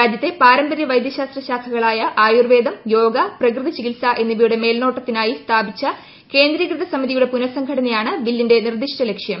രാജ്യത്തെ പാര്രമ്പിര്യവൈദ്യശാസ്ത്രശാഖകളായ ആയുർവേദം യോഗ പ്രകൃതിചികിത്സ എന്നിവയുടെ മേൽനോട്ടത്തിനായി സ്മാപിച്ചു കേന്ദ്രീകൃത സമിതിയുടെ പുനസംഘടനയാണ് ബ്ലില്ലിന്റെ നിർദിഷ്ട ലക്ഷ്യം